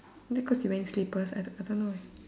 maybe cause you wearing slippers I I don't know eh